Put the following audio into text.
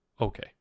okay